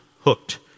hooked